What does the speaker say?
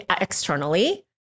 externally